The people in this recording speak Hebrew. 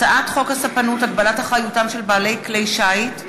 הצעת חוק הספנות (הגבלת אחריותם של בעלי כלי שיט)